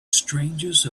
strangest